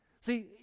See